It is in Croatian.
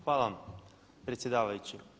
Hvala vam predsjedavajući.